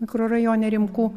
mikrorajone rimkų